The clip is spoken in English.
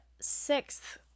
sixth